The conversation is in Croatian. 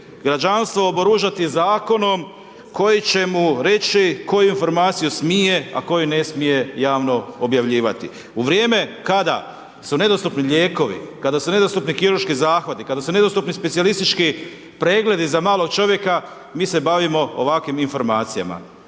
građanstvo oboružati zakonom koji će mu reći koju informaciju smije a koju ne smije javno objavljivati. U vrijeme kada su nedostupni lijekovi, kada su nedostupni kirurški zahvati, kada su nedostupni specijalistički pregledi za malog čovjeka mi se bavimo ovakvim informacijama.